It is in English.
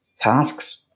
tasks